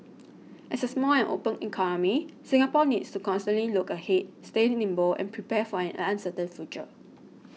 as a small and open economy Singapore needs to constantly look ahead stay nimble and prepare for an uncertain future